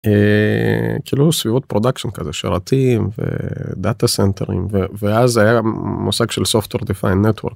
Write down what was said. כאילו סביבות פרודקשן כזה שרתים ודאטה סנטרים ואז היה מושג של סופטור דפיין נטוורק.